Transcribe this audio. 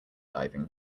diving